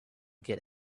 get